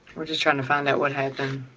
we're just trying to find out what happened